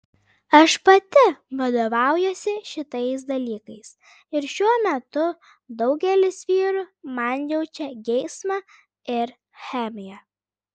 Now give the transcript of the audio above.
aš pati vadovaujuosi šitais dalykais ir šiuo metu daugelis vyrų man jaučia geismą ir chemiją